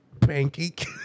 pancake